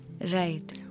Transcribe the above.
Right